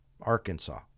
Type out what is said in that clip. Arkansas